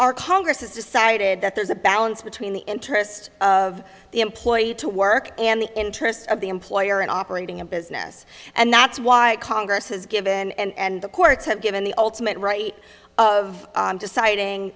our congress has decided that there's a balance between the interest of the employee to work and the interests of the employer in operating a business and that's why congress has given and the courts have given the ultimate right of deciding